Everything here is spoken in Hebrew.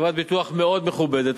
בחברת ביטוח מאוד מכובדת,